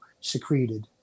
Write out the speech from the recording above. secreted